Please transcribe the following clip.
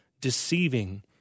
deceiving